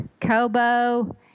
Kobo